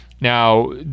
Now